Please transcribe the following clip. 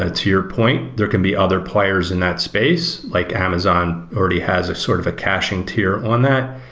ah to your point, there can be other players in that space, like amazon already has a sort of a caching tier on that,